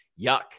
Yuck